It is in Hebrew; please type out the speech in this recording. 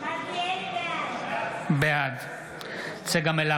בעד צגה מלקו, בעד